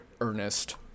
Ernest